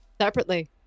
Separately